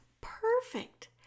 perfect